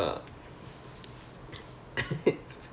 ya I really do know that then like